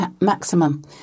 maximum